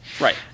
right